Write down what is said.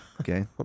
Okay